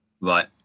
Right